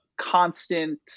constant